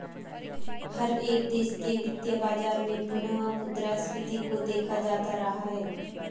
हर एक देश के वित्तीय बाजार में पुनः मुद्रा स्फीती को देखा जाता रहा है